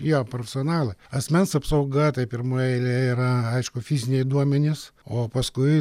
jo personala asmens apsauga taip pirmoj eilėj yra aišku fiziniai duomenys o paskui